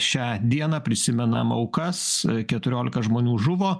šią dieną prisimenam aukas keturiolika žmonių žuvo